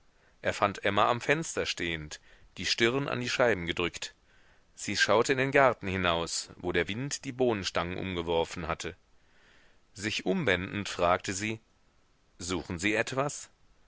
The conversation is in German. er fand emma am fenster stehend die stirn an die scheiben gedrückt sie schaute in den garten hinaus wo der wind die bohnenstangen umgeworfen hatte sich umwendend fragte sie suchen sie etwas